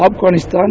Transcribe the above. Afghanistan